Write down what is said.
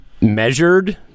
measured